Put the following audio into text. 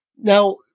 Now